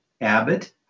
Abbott